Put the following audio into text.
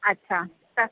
अच्छा त